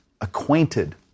acquainted